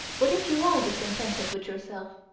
what if you are discontented with yourself?